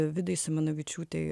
vidai simonavičiūtei